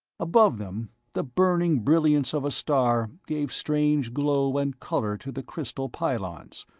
above them, the burning brilliance of a star gave strange glow and color to the crystal pylons.